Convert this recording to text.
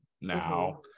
now